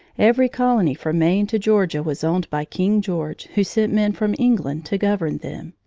every colony from maine to georgia was owned by king george, who sent men from england to govern them.